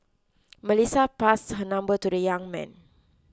Melissa passed her number to the young man